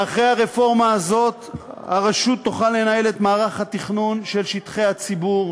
ואחרי הרפורמה הזאת הרשות תוכל לנהל את מערך התכנון של שטחי הציבור,